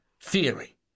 Theory